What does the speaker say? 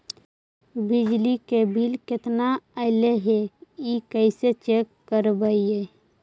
बिजली के बिल केतना ऐले हे इ कैसे चेक करबइ?